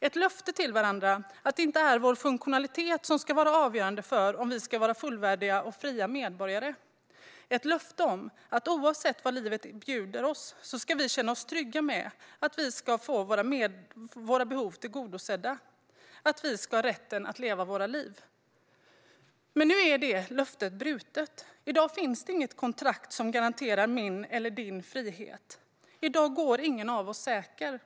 ett löfte till varandra att det inte är vår funktionalitet som ska vara avgörande för om vi ska vara fullvärdiga och fria medborgare - ett löfte att vi, oavsett vad livet bjuder oss, ska känna oss trygga med att vi ska få våra behov tillgodosedda och att vi ska ha rätten att leva våra liv. Men nu är detta löfte brutet. I dag finns inget kontrakt som garanterar min eller din frihet. I dag går ingen av oss säker.